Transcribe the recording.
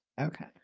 Okay